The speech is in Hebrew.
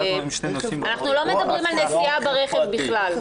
אנחנו לא מדברים על נסיעה ברכב בכלל.